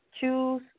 Choose